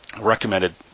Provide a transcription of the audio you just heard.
recommended